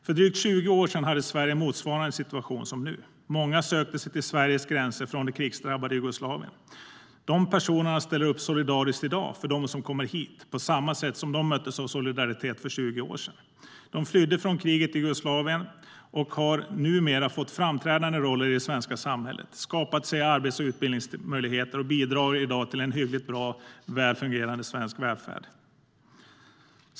För drygt 20 år sedan hade Sverige motsvarande situation som nu. Många sökte sig till Sveriges gränser från det krigsdrabbade Jugoslavien. Dessa personer ställer upp solidariskt i dag för dem som kommer hit, på samma sätt som de möttes av solidaritet för 20 år sedan. De flydde från kriget i Jugoslavien och har numera fått framträdande roller i det svenska samhället. De har skapat sig arbets och utbildningsmöjligheter, och de bidrar i dag till en hyggligt väl fungerande svensk välfärd.